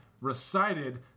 recited